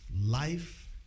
Life